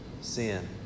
sin